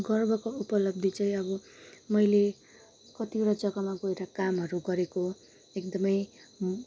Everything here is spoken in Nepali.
गर्वको उपलब्धि चाहिँ अब मैले कतिवटा जग्गामा गएर कामहरू गरेको एकदमै